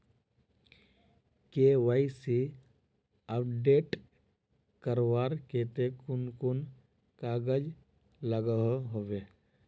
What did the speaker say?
KYC update करवार केते कुन कुन कागज लागोहो होबे?